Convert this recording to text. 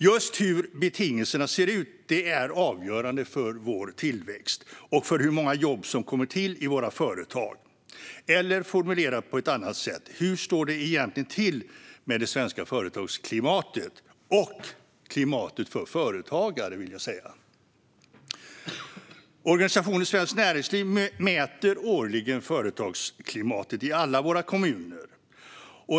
Just hur betingelserna ser ut är avgörande för vår tillväxt och för hur många jobb som kommer till i våra företag. Eller formulerat på ett annat sätt: Hur står det egentligen till med det svenska företagsklimatet - och, vill jag säga, klimatet för företagare? Organisationen Svenskt Näringsliv mäter årligen företagsklimatet i alla våra kommuner.